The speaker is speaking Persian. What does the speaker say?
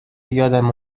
یادم